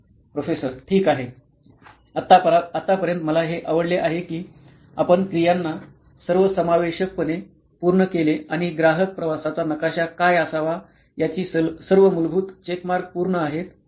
professor ठीक आहे आतापर्यंत मला हे आवडले आहे की आपण क्रियांना सर्वसमावेशकपणे पूर्ण केले आणि ग्राहक प्रवासाचा नकाशा काय असावा याची सर्व मूलभूत चेकमार्क पूर्ण आहेत